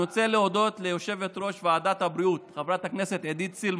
אני רוצה להודות ליושבת-ראש ועדת הבריאות חברת הכנסת עידית סילמן,